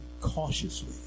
cautiously